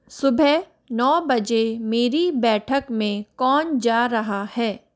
सुबह नौ बजे मेरी बैठक में कौन जा रहा है